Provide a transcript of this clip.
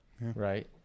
Right